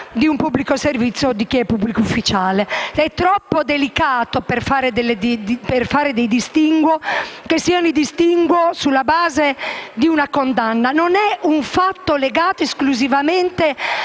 di un pubblico servizio o di chi è pubblico ufficiale. È troppo delicato fare dei distinguo sulla base di una condanna; non è un fatto legato esclusivamente